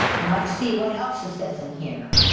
and let's see what else it says in here.